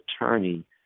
attorney